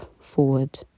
forward